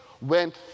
went